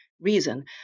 reason